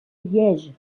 liège